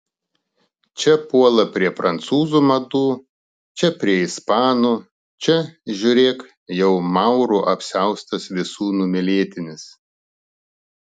čia puola prie prancūzų madų čia prie ispanų čia žiūrėk jau maurų apsiaustas visų numylėtinis